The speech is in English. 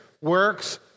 works